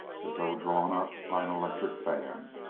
as though drawn up by an electric fan.